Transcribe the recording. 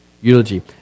eulogy